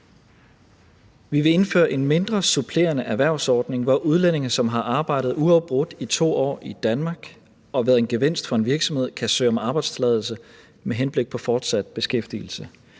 Vi vil indføre en mindre supplerende erhvervsordning, hvor udlændinge, som har arbejdet uafbrudt i 2 år i Danmark og været en gevinst for en virksomhed, kan søge om arbejdstilladelse med henblik på fortsat beskæftigelse.